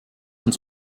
uns